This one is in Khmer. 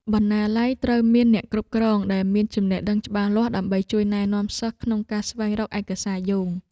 បណ្ណាល័យត្រូវមានអ្នកគ្រប់គ្រងដែលមានចំណេះដឹងច្បាស់លាស់ដើម្បីជួយណែនាំសិស្សក្នុងការស្វែងរកឯកសារយោង។